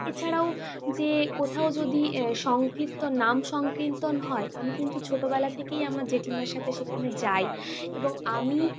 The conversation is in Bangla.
এছাড়াও যে কোথাও যদি সংকীর্তন নাম সংকীর্তন হয় আমি কিন্তু ছোটোবেলা থেকেই আমার জেঠিমার সাথে সেখানে যাই এবং আমি